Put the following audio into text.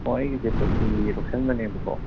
ꯑꯣ ꯑꯩꯒꯤꯁꯦ ꯇꯣꯇꯤ ꯂꯧꯁꯤꯟꯕꯅꯦꯕꯀꯣ